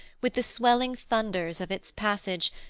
with the swelling thunders of its passage,